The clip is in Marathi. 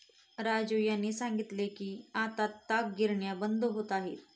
राजीव यांनी सांगितले की आता ताग गिरण्या बंद होत आहेत